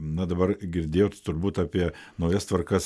na dabar girdėjot turbūt apie naujas tvarkas